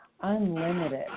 Unlimited